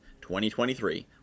2023